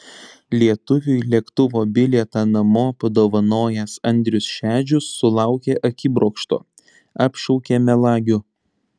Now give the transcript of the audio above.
lietuviui lėktuvo bilietą namo padovanojęs andrius šedžius sulaukė akibrokšto apšaukė melagiu